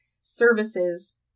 services